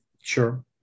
sure